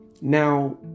Now